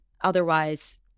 otherwise